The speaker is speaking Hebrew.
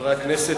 חברי הכנסת,